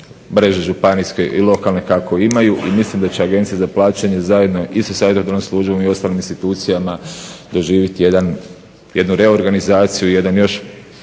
se./… županijske i lokalne kako imaju i mislim da će Agencija za plaćanje zajedno i sa savjetodavnom službom i sa ostalim institucijama doživjeti jednu reorganizaciju i jedan još